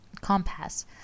compass